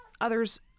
others